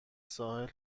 ساحل